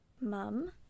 Mum